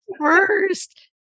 first